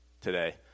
today